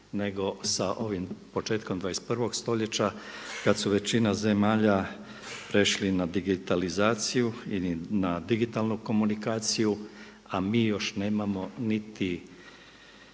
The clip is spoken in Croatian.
nego sa ovim početkom 21. stojeća kada je većina zemalja prešli na digitalizaciju ili na digitalnu komunikaciju, a mi još nemamo niti